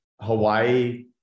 Hawaii